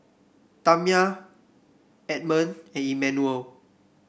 Tamya Edmond and Emmanuel